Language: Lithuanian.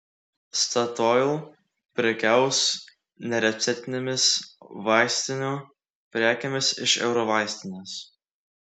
statoil prekiaus nereceptinėmis vaistinių prekėmis iš eurovaistinės